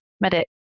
medic